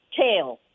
Tail